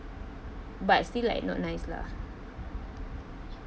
but still like not nice lah